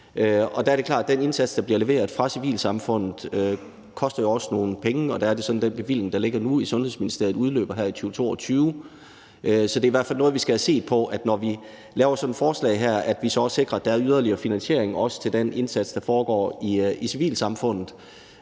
Der er det klart, at den indsats, der bliver leveret fra civilsamfundet, jo også koster nogle penge, og den bevilling, der nu ligger i Sundhedsministeriet, udløber her i 2022. Så det er i hvert fald noget, vi skal have set på, altså at vi også sikrer, at der, når vi laver sådan et forslag, er yderligere finansiering, også til den indsats, der foregår i civilsamfundet.